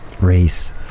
race